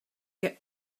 get